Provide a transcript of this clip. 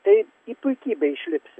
tai į puikybę išlipsi